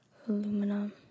aluminum